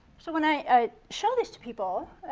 so when i show this to people,